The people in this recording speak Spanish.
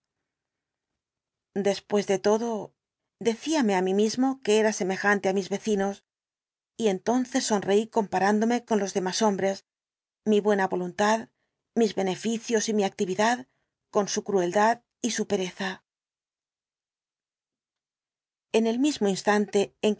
después de todo decíame á mí mismo que era semejante á mis vecinos y entonces sonreí comparándome con los demás hombres mi buena voluntad mis beneficios y mi actividad con su crueldad y su pereza en el mismo instante